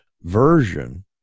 version